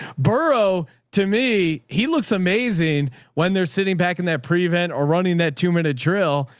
borough to me, he looks amazing when they're sitting back in that prevent or running that tumor in a drill.